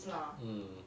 mm